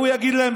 הוא יגיד להם,